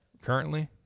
Currently